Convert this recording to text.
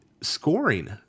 scoring